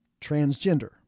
transgender